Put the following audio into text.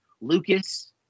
lucas